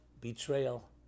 betrayal